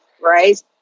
right